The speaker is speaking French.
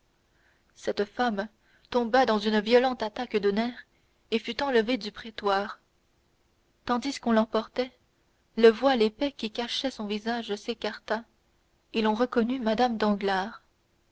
cette femme tomba dans une violente attaque de nerfs et fut enlevée du prétoire tandis qu'on l'emportait le voile épais qui cachait son visage s'écarta et l'on reconnut mme